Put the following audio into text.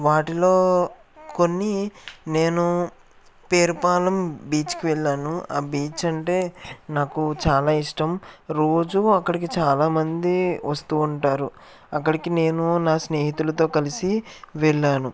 వాటిలో కొన్ని నేను పేరుపాలెం బీచ్కు వెళ్ళాను ఆ బీచ్ అంటే నాకు చాలా ఇష్టం రోజూ అక్కడికి చాలామంది వస్తూ ఉంటారు అక్కడికి నేను నా స్నేహితులతో కలిసి వెళ్ళాను